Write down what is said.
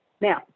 Now